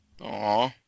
Aw